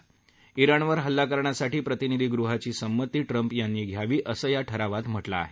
जिणवर हल्ला करण्यासाठी प्रतिनिधी गृहाची संमती ट्रम्प यांनी घ्यावी असं या ठरावात म्हटलं आहे